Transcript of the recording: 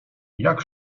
jak